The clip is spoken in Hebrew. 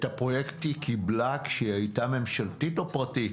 את הפרויקט היא קיבלה כשהיא הייתה ממשלתית או פרטית?